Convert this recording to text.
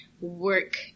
work